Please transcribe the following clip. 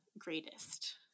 greatest